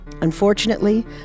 Unfortunately